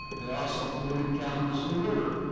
they also polluted kalamazoo river.